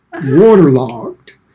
waterlogged